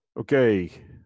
Okay